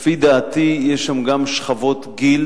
לפי דעתי, יש שם גם שכבות גיל